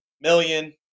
million